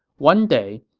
one day,